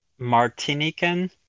Martinican